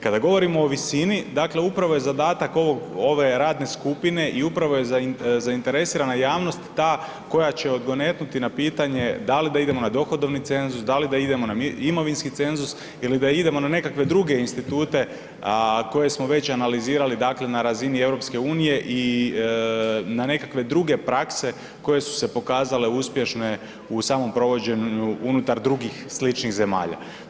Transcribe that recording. Kada govorimo o visini, dakle upravo je zadatak ove radne skupine i upravo je zainteresirana javnost ta koja će odgonetnuti na pitanje da li da idemo na dohodovni cenzus, da li da idemo na imovinski cenzus ili da idemo na nekakve druge institute koje smo već analizirani dakle na razini EU i na nekakve druge prakse koje su se pokazale uspješne u samom provođenju unutar drugih sličnih zemalja.